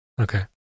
Okay